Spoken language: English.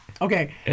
Okay